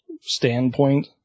standpoint